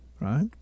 right